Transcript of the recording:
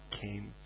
came